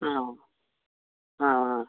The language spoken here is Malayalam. ആണോ ആ ആ